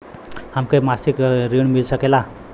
हमके मासिक ऋण मिल सकेला?